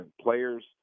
players